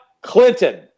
Clinton